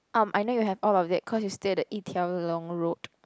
um I know you have all of that cause you stay at the Yi Tiao Long road